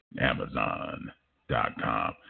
Amazon.com